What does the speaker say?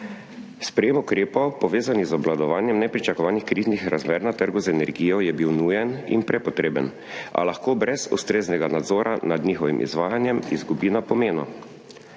Sprejem ukrepov, povezanih z obvladovanjem nepričakovanih kriznih razmer na trgu z energijo, je bil nujen in prepotreben, a lahko brez ustreznega nadzora nad njihovim izvajanjem izgubi na pomenu.